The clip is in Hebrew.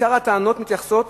עיקר הטענות מתייחסות